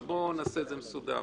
אבל בואו נעשה את זה בצורה מסודרת.